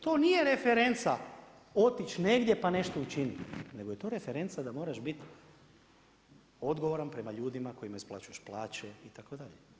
To nije referenca, otići negdje pa nešto učinit nego je referenca da moraš biti odgovoran prema ljudima kojima isplaćuješ plaće itd.